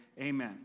amen